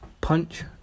Punch